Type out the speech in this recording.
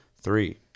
three